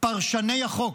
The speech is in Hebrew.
פרשני החוק,